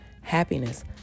happiness